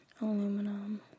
Aluminum